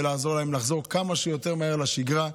לעזור להם לחזור כמה שיותר מהר לשגרה,